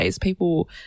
People